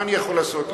מה אני יכול לעשות?